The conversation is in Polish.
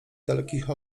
dalekich